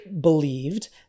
believed